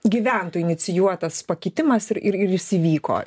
gyventojų inicijuotas pakitimas ir ir jis įvyko